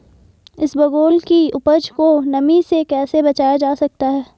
इसबगोल की उपज को नमी से कैसे बचाया जा सकता है?